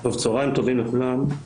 צהריים טובים לכולם.